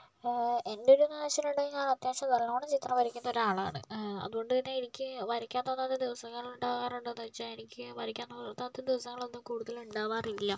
എൻ്റെ ഒരു പാഷൻ ഉണ്ടെങ്കിൽ ഞാൻ അത്യാവശ്യം നല്ലവണ്ണം ചിത്രം വരയ്ക്കുന്ന ഒരാളാണ് അതുകൊണ്ടു തന്നെ എനിക്ക് വരക്കാൻ തോന്നാത്ത ദിവസങ്ങളുണ്ടാകാറുണ്ടോയെന്ന് ചോദിച്ചാൽ എനിക്ക് വരക്കാൻ തോന്നാത്ത ദിവസങ്ങളൊന്നും കൂടുതലുണ്ടാകാറില്ല